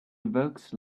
evokes